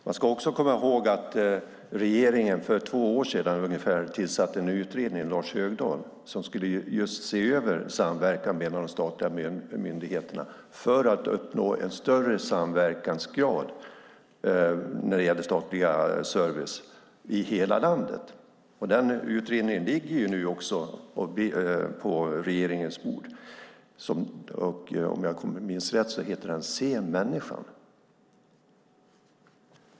Man ska också komma ihåg att regeringen för ungefär två år sedan tillsatte en utredning med Lars Högdahl som just skulle se över samverkan mellan de statliga myndigheterna för att nå en större samverkansgrad när det gäller statlig service i hela landet. Denna utredning ligger nu också på regeringens bord. Om jag minns rätt heter den Se människan .